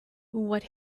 what